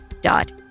dot